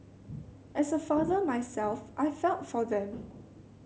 as a father myself I felt for them